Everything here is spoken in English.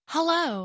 Hello